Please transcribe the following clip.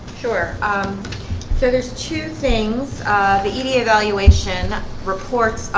sure so there's two things the idi evaluation reports.